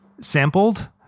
sampled